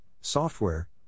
software